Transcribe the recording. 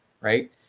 right